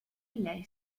lei